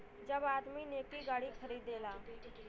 जब आदमी नैकी गाड़ी खरीदेला